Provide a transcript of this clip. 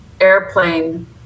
Airplane